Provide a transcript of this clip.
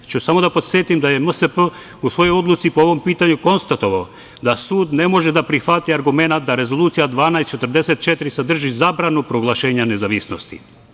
Ja ću samo da podsetim da je MSP u svojoj odluci po ovom pitanju konstatovao da sud ne može da prihvati argumenat da Rezolucija 1244 sadrži zabranu proglašenja nezavisnosti.